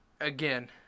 again